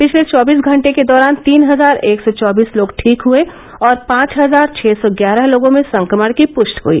पिछले चौबीस घंटे के दौरान तीन हजार एक सौ चौबीस लोग ठीक हुए और पांच हजार छह सौ ग्यारह लोगों में संक्रमण की पुष्टि हुई